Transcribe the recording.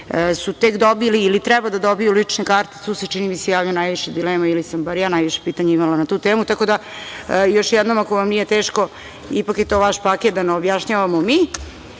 su tek dobili ili treba da dobiju lične karte, tu se, čini mi se, javilo najviše dilema, ili sam ja bar najviše pitanja imala na tu temu. Tako da još jednom, ako vam nije teško, ipak je to vaš paket, da ne objašnjavamo